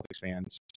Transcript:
fans